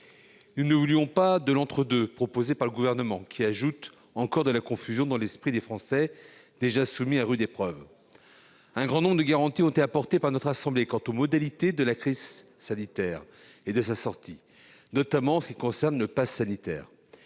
Nous ne voulions pas de l'entre-deux proposé par le Gouvernement, qui ajoute encore de la confusion dans l'esprit des Français déjà soumis à rude épreuve. Un grand nombre de garanties ont été apportées par notre assemblée quant aux modalités de sortie de la crise sanitaire, notamment en ce qui concerne le pass sanitaire.